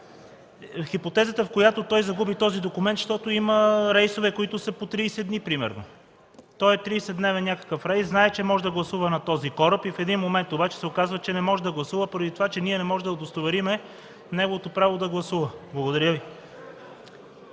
Хипотезата, в която той загуби този документ, защото има рейсове, които са по 30 дни примерно. Той е на 30-дневен рейс, знае, че може да гласува на този кораб и в един момент обаче се оказва, че не е така поради това, че ние не можем да удостоверим неговото право да гласува. Благодаря Ви.